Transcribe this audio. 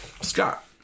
Scott